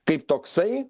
kaip toksai